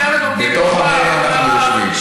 בחמ"ד לומדים תורה וגמרא ומשנה.